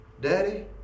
Daddy